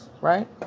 Right